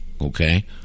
okay